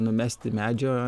numesti medžio